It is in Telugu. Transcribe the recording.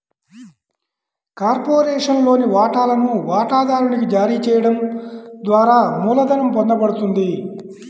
కార్పొరేషన్లోని వాటాలను వాటాదారునికి జారీ చేయడం ద్వారా మూలధనం పొందబడుతుంది